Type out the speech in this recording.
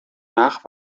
nach